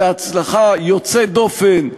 בהצלחה יוצאת דופן,